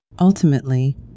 Ultimately